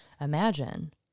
Imagine